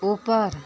ऊपर